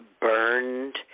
burned